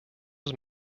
was